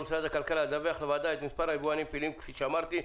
ומשרד הכלכלה לדווח לוועדה את מספר היבואנים הפעילים כפי שאמרתי,